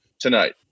tonight